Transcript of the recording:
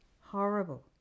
horrible